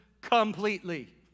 completely